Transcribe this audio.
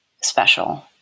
special